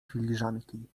filiżanki